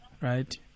right